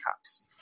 cups